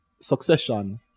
succession